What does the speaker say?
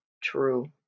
true